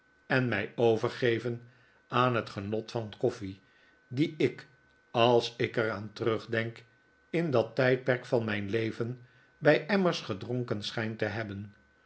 en mij overgeven aan het gendt van koffie die ik als ik er aan terugdenk in dat tijdperk van mijn leven bij emrriers gedronken schijn te hebben